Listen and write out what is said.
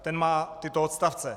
Ten má tyto odstavce: